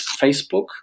Facebook